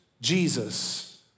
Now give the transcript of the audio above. Jesus